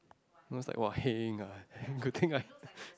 then it was like !wah! heng ah good thing I